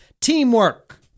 Teamwork